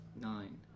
Nine